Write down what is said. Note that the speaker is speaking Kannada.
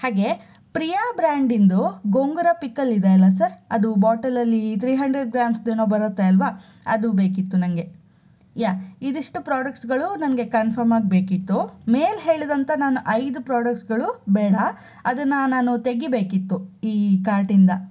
ಹಾಗೆ ಪ್ರಿಯಾ ಬ್ರ್ಯಾಂಡಿನದು ಗೊಂಗುರ ಪಿಕಲ್ ಇದೆ ಅಲ್ಲ ಸರ್ ಅದು ಬಾಟಲಲ್ಲಿ ತ್ರೀ ಹಂಡ್ರೆಡ್ ಗ್ರಾಮ್ಸ್ದೇನೋ ಬರುತ್ತೆ ಅಲ್ವ ಅದು ಬೇಕಿತ್ತು ನನಗೆ ಯಾ ಇದಿಷ್ಟು ಪ್ರಾಡಕ್ಟ್ಸ್ಗಳು ನನಗೆ ಕನ್ಫರ್ಮಾಗಿ ಬೇಕಿತ್ತು ಮೇಲೆ ಹೇಳಿದಂಥ ನಾನು ಐದು ಪ್ರಾಡಕ್ಟ್ಸ್ಗಳು ಬೇಡ ಅದನ್ನು ನಾನು ತೆಗಿಬೇಕಿತ್ತು ಈ ಕಾರ್ಟಿಂದ